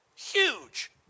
Huge